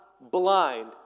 blind